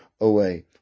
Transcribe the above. away